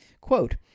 Quote